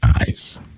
eyes